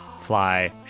fly